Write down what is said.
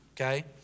Okay